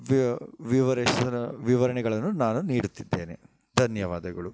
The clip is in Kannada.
ವಿವರಣೆಗಳನ್ನು ನಾನು ನೀಡುತ್ತಿದ್ದೇನೆ ಧನ್ಯವಾದಗಳು